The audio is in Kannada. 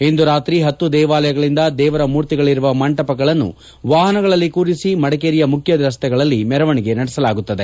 ಇಂದು ರಾತ್ರಿ ಹತ್ತು ದೇವಾಲಯಗಳಿಂದ ದೇವರ ಮೂರ್ತಿಗಳಿರುವ ಮಂಟಪಗಳನ್ನು ವಾಹನಗಳನ್ನು ಕೂರಿಸಿ ಮಡಿಕೇರಿಯ ಮುಖ್ಯ ರಸ್ತೆಗಳಲ್ಲಿ ಮೆರವಣಿಗೆ ನಡೆಸಲಾಗುತ್ತದೆ